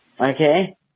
Okay